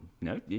no